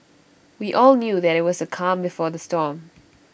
we all knew that IT was the calm before the storm